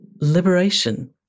liberation